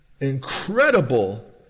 incredible